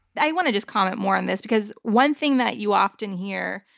i want to just comment more on this because one thing that you often hear,